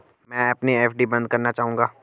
मैं अपनी एफ.डी बंद करना चाहूंगा